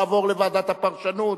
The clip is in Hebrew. לעבור לוועדת הפרשנות,